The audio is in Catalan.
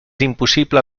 impossible